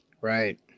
Right